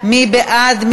מי בעד?